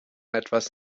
etwas